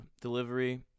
delivery